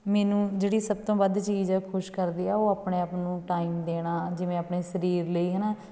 ਮੈਨੂੰ ਜਿਹੜੀ ਸਭ ਤੋਂ ਵੱਧ ਚੀਜ਼ ਆ ਖੁਸ਼ ਕਰਦੀ ਆ ਉਹ ਆਪਣੇ ਆਪ ਨੂੰ ਟਾਈਮ ਦੇਣਾ ਜਿਵੇਂ ਆਪਣੇ ਸਰੀਰ ਲਈ ਹੈ ਨਾ